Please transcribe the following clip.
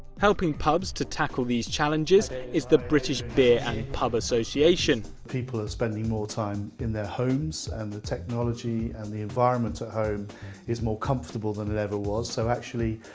helping pubs to tackle these challenges is the british beer and pub association. people are spending more time in their homes and the technology and the environment at home is more comfortable than it ever was so actually,